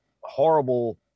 horrible